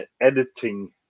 editing